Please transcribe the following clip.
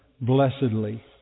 blessedly